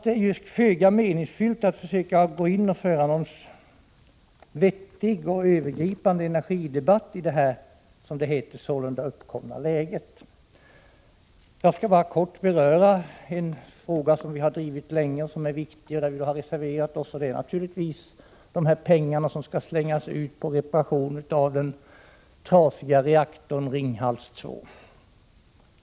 Det är därför föga meningsfullt att försöka gå in och föra någon vettig och övergripande energidebatt i det sålunda uppkomna läget, som det heter. Jag skall bara kortfattat beröra en viktig fråga, som vi har drivit länge och som har föranlett en reservation från oss. Den gäller naturligtvis de pengar Prot. 1986/87:130 som skall slängas ut på reparation av den trasiga reaktorn i Ringhals 2.